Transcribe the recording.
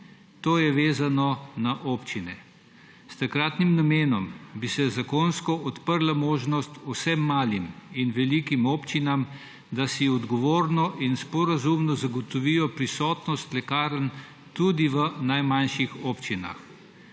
To je vezano na občine. S takratnim namenom bi se zakonsko odprla možnost vsem malim in velikim občinam, da si odgovorno in sporazumno zagotovijo prisotnost lekarn tudi v najmanjših občin,